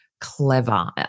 clever